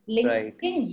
LinkedIn